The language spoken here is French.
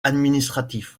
administratif